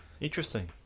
Interesting